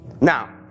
Now